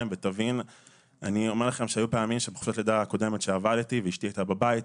אני אומר לכם שבחופשת הלידה הקודמת כשאשתי היתה בבתי ואשתי היתה בבית,